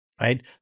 Right